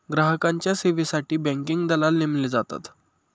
ग्राहकांच्या सेवेसाठी बँकिंग दलाल नेमले जातात